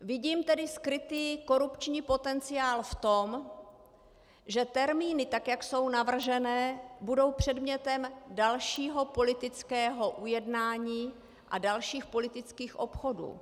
Vidím tedy skrytý korupční potenciál v tom, že termíny, tak jak jsou navržené, budou předmětem dalšího politického ujednání a dalších politických obchodů.